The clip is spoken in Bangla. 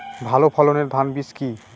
ভালো ফলনের ধান বীজ কি?